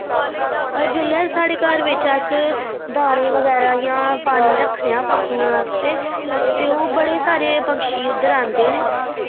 जिल्लै साढ़े घर बिच अस दाने बगैरा जां पानी रक्खने आं पक्खरुएं आस्तै ते ओह् बड़े सारे पक्षी उद्धर आंदे न